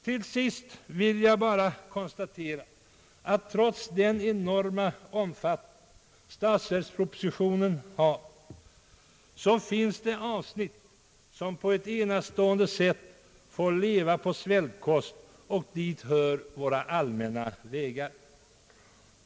Till sist vill jag bara konstatera att, trots den enorma omfattning årets statsverksproposition har, finns det avsnitt som på ett enastående sätt får leva på svältkost. Vi tar våra allmänna vägar.